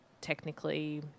technically